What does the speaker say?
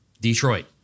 Detroit